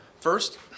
First